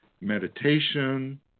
meditation